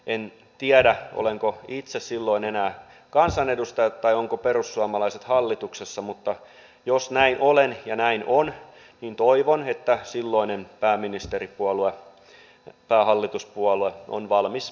en tiedä olenko itse silloin enää kansanedustaja tai onko perussuomalaiset hallituksessa mutta jos näin olen ja näin on niin toivon että silloinen pääministeripuolue tai hallituspuolue on valmis tätä lakia muuttamaan